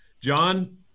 john